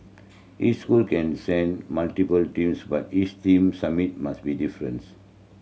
each school can send multiple teams but each team's submit must be difference